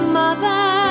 mother